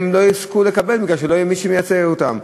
לא יזכו לקבל בגלל שלא יהיה מי שמייצג אותם.